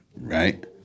right